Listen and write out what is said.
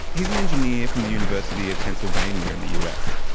he's an engineer from the university of pennsylvania in the us.